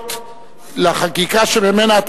הצדקות לחקיקה שממנה אנחנו